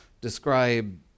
describe